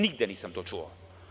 Nigde nisam to čuo.